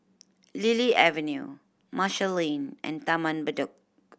Lily Avenue Marshall Lane and Taman Bedok